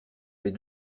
les